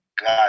God